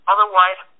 Otherwise